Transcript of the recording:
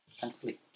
Thankfully